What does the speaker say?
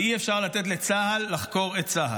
ואי-אפשר לתת לצה"ל לחקור את צה"ל.